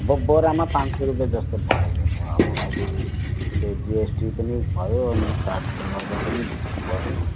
अब बोरामा पाँच सय रुपियाँ जस्तो बढेको छ अब अहिले त्यही जिएसटी पनि भयो अनि फ्लडहरूले गर्दा पनि भयो